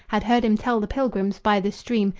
had heard him tell the pilgrims by the stream,